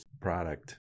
product